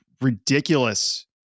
ridiculous